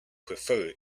prefer